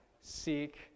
Seek